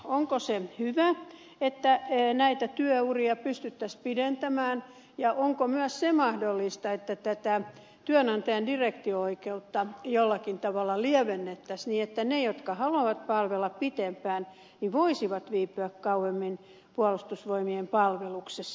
onko hyvä että näitä työuria pystyttäisiin pidentämään ja onko myös se mahdollista että tätä työnantajan direktio oikeutta jollakin tavalla lievennettäisiin niin että ne jotka haluavat palvella pitempään voisivat viipyä kauemmin puolustusvoimien palveluksessa